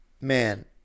man